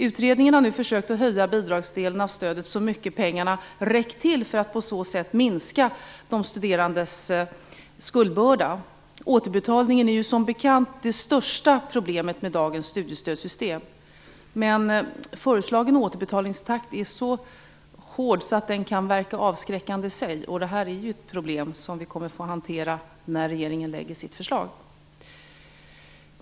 Utredningen har nu försökt höja bidragsdelen av stödet så mycket att pengarna räcker till för att på så sätt minska de studerandes skuldbörda. Återbetalningen är som bekant det största problemet med dagens studiestödssystem. Men föreslagen återbetalningstakt är så hård att den kan verka avskräckande i sig. Det är ett problem som vi kommer att få hantera när regeringen lägger sitt förslag.